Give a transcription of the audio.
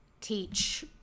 teach